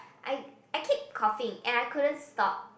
I I keep coughing and I couldn't stop